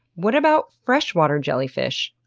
what about freshwater jellyfish?